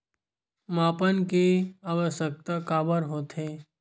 मापन के आवश्कता काबर होथे?